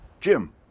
Jim